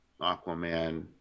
Aquaman